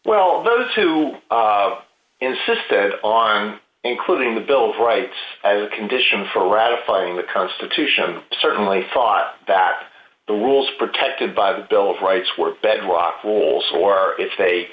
of those who insisted on including the bill of rights as a condition for ratifying the constitution certainly thought that the rules protected by the bill of rights were bedrock fools or if they